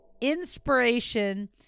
inspiration